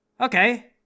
Okay